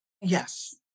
Yes